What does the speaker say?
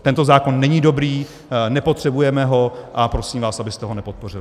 Tento zákon není dobrý, nepotřebujeme ho a prosím vás, abyste ho nepodpořili.